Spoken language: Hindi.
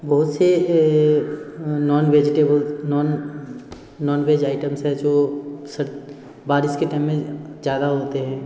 बहुत से non vegetables non non veg items है जो बारिश के टाइम में ज़्यादा होते हैं